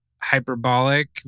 hyperbolic